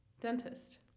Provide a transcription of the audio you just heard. dentist